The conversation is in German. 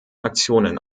aktionen